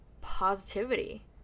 positivity